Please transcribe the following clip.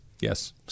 Yes